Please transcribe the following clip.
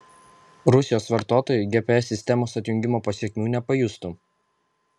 rusijos vartotojai gps sistemos atjungimo pasekmių nepajustų